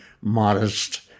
modest